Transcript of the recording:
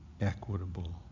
equitable